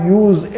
use